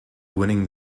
winning